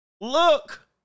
Look